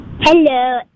Hello